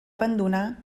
abandonar